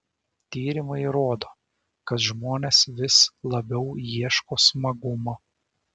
tyrimai rodo kad žmonės vis labiau ieško smagumo